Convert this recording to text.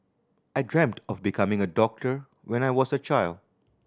I dreamt of becoming a doctor when I was a child